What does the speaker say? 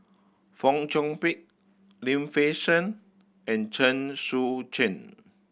Fong Chong Pik Lim Fei Shen and Chen Sucheng